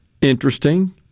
interesting